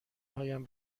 هایم